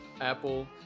Apple